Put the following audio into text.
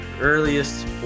earliest